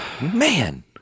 Man